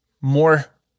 more